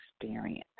experience